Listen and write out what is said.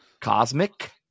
cosmic